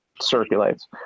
circulates